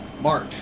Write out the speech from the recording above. March